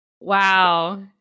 Wow